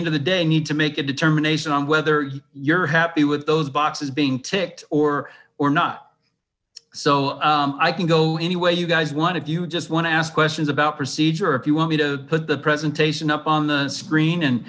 end of the day need to make a determination on whether you're happy with those boxes being ticked or or not so i can go any way you guys want if you just want to ask questions about procedure if you want me to put the presentation on the screen and